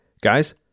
guys